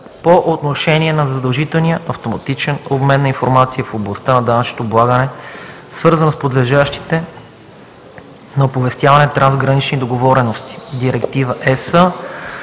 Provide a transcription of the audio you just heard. по отношение на задължителния автоматичен обмен на информация в областта на данъчното облагане, свързана с подлежащите на оповестяване трансгранични договорености – Директива ЕС